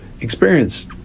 experience